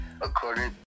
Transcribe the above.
According